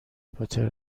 پاتر